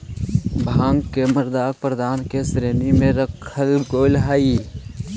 भाँग के मादक पदार्थ के श्रेणी में रखल गेले हइ